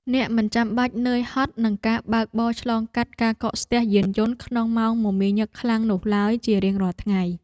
អ្នកមិនចាំបាច់នឿយហត់នឹងការបើកបរឆ្លងកាត់ការកកស្ទះយានយន្តក្នុងម៉ោងមមាញឹកខ្លាំងនោះឡើយជារៀងរាល់ថ្ងៃ។